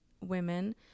women